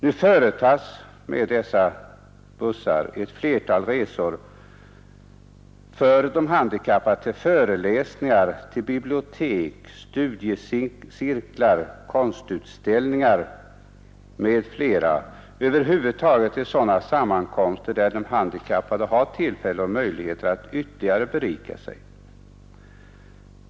Nu företas med dessa handikappbussar ett flertal resor för de handikappade till föreläsningar, till bibliotek, till studiecirklar, till konstutställningar m.m. och över huvud taget till sådana sammankomster där de handikappade har tillfälle och möjlighet att ytterligare berika sig.